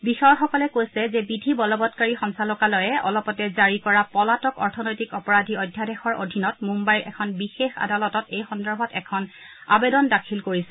বিষয়াসকলে কৈছে যে বিধি বলবৎকাৰী সঞ্চালকালয়ে অলপতে জাৰি কৰা পলাতক অৰ্থনৈতিক অপৰাধী অধ্যাদেশৰ অধীনত মুম্বাইৰ এখন বিশেষ আদালৰতত এই সন্দৰ্ভত এখন আবেদন দাখিল কৰিছে